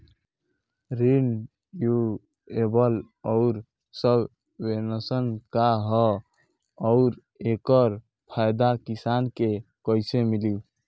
Renewable आउर subvention का ह आउर एकर फायदा किसान के कइसे मिली?